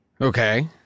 Okay